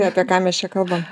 apie ką mes čia kalbam